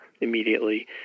immediately